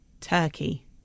Turkey